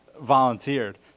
volunteered